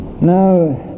Now